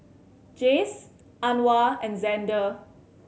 Jayce Anwar and Xander